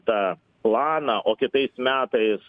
tą planą o kitais metais